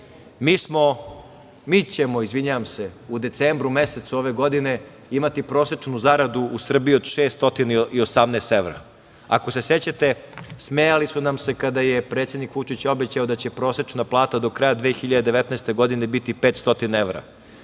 Mi ćemo u decembru mesecu ove godine imati prosečnu zaradu u Srbiji od 618 evra. Ako se sećate, smejali su nam se kada je predsednik Vučić obećao da će prosečna plata do kraja 2019. godine biti 500 evra.